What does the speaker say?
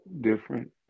different